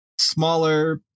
smaller